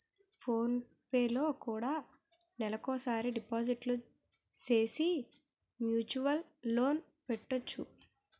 phone పేలో కూడా నెలకోసారి డిపాజిట్లు సేసి మ్యూచువల్ లోన్ పెట్టొచ్చు